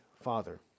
Father